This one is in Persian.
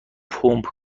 پمپ